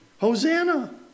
Hosanna